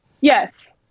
Yes